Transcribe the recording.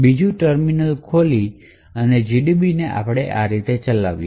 બીજું ટર્મિનલ ખોલીને GDB ને આ રીતે ચલાવશે